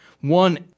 One